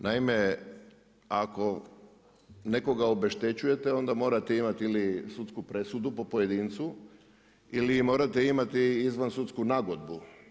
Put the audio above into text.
Naime, ako nekoga obeštećujete onda morate imati ili sudsku presudu po pojedincu ili morate imati izvan sudsku nagodbu.